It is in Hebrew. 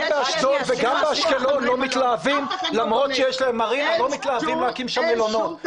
גם באשדוד וגם באשקלון לא מתלהבים להקים מלונות למרות שיש להם מרינה.